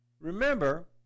Remember